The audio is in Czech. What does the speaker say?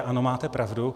Ano, máte pravdu.